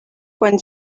quan